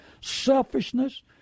Selfishness